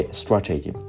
strategy